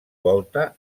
volta